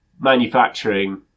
manufacturing